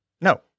No